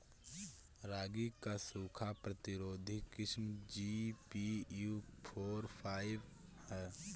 रागी क सूखा प्रतिरोधी किस्म जी.पी.यू फोर फाइव ह?